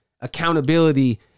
accountability